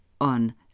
on